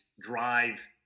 drive